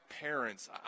parents